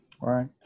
Right